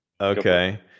Okay